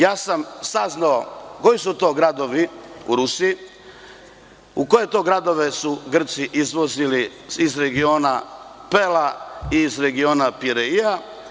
Ja sam saznao koji su to gradovi u Rusiji, u koje to gradove su Grci izvozili iz regiona Pela i iz regiona Pireia.